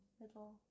middle